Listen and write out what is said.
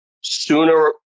Sooner